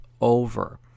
over